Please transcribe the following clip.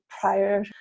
prior